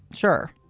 sure.